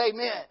Amen